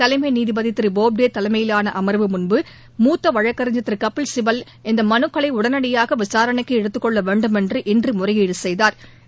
தலைமைநீதிபதிதிருபோப்டேதலைமையிலானஅமா்வு மூத்தவழக்கறிஞர் திருகபில்சிபல் இந்தமனுக்களை டனடியாகவிசாரணைக்குஎடுத்துக் கொள்ளவேண்டுமென்று இன்றுமுறையீடுசெய்தாா்